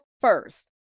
first